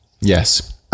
yes